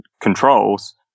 controls